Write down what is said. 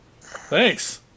Thanks